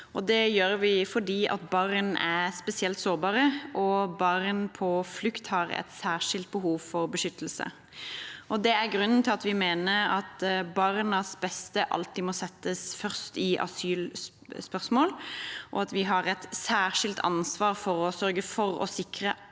Det gjør vi fordi barn er spesielt sårbare, og barn på flukt har et særskilt behov for beskyttelse. Det er grunnen til at vi mener at barnas beste alltid må settes først i asylspørsmål, og at vi har et særskilt ansvar for å sørge for å sikre